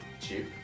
cheap